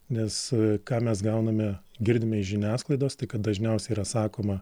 nes ką mes gauname girdime iš žiniasklaidos tai kad dažniausiai yra sakoma